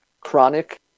Chronic